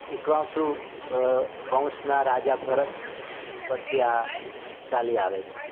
ઇક્ષ્વાકુ વંશના રાજા ભરત પરથી આ ચાલી આવે છે